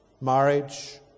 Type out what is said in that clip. marriage